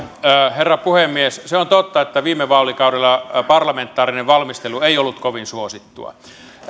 herra puhemies se on totta että viime vaalikaudella parlamentaarinen valmistelu ei ollut kovin suosittua